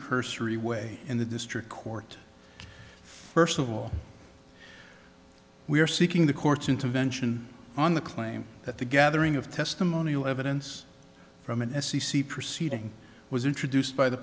cursory way in the district court first of all we are seeking the court's intervention on the claim that the gathering of testimonial evidence from an s e c proceeding was introduced by the